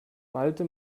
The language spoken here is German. malte